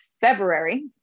February